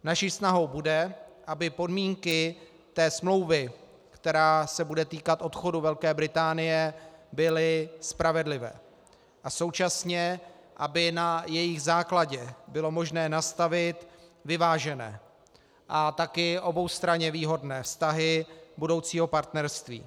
Naší snahou bude, aby podmínky smlouvy, která se bude týkat odchodu Velké Británie, byly spravedlivé a současně aby na jejich základě bylo možné nastavit vyvážené a taky oboustranně výhodné vztahy budoucího partnerství.